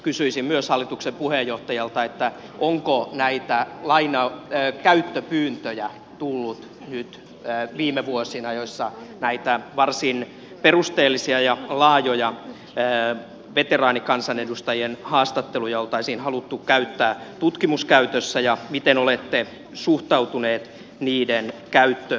kysyisin myös hallituksen puheenjohtajalta onko näitä lajeja ei käytä pyyntöjä tullut nyt viime vuosina tullut näitä käyttöpyyntöjä joissa näitä varsin perusteellisia ja laajoja veteraanikansanedustajien haastatteluja oltaisiin haluttu käyttää tutkimuskäytössä ja miten olette suhtautuneet niiden mahdollisiin käyttöpyyntöihin